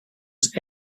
his